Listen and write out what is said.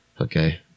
Okay